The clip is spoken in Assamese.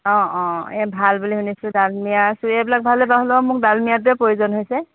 অঁ অঁ এই ভাল বুলি শুনিছোঁ ডালমিয়া চুৰীয়াবিলাক ভাল বা ৰু হ'লেও মোক ডালমিয়াটোৱে প্ৰয়োজন হৈছে